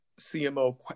CMO